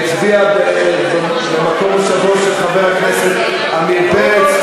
הצביעה במקום מושבו של חבר הכנסת עמיר פרץ,